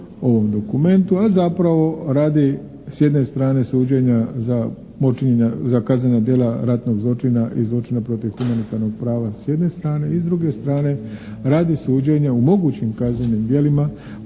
u ovom dokumentu, a zapravo radi s jedne strane suđenja za kaznena djela ratnog zločina i zločina protiv humanitarnog prava s jedne strane i s druge strane radi suđenja o mogućim kaznenim djelima